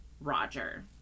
Roger